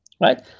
right